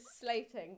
slating